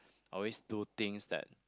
I always do things that